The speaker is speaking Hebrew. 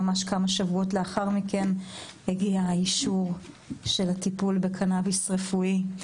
שממש כמה שבועות לאחר מכן הגיע אישור לטיפול בקנביס רפואי.